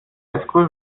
highschool